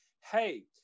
hey